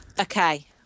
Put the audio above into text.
okay